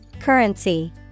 Currency